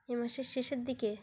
এ মাসের শেষের দিকে